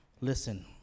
Listen